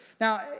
Now